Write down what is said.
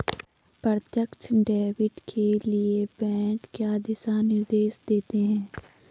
प्रत्यक्ष डेबिट के लिए बैंक क्या दिशा निर्देश देते हैं?